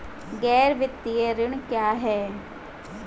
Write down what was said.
गैर वित्तीय ऋण क्या है?